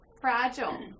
fragile